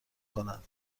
کند